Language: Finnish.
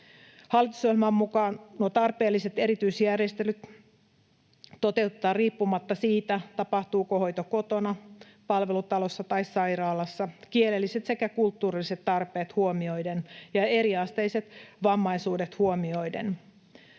Hallitusohjelman mukaan nuo tarpeelliset erityisjärjestelyt toteutetaan riippumatta siitä, tapahtuuko hoito kotona, palvelutalossa vai sairaalassa kielelliset sekä kulttuuriset tarpeet huomioiden ja eriasteiset vammaisuudet huomioiden.